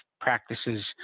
practices